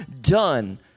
done